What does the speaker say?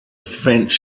french